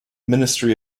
ministry